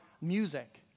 music